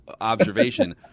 observation